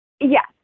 Yes